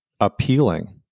appealing